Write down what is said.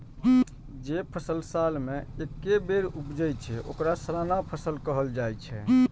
जे फसल साल मे एके बेर उपजै छै, ओकरा सालाना फसल कहल जाइ छै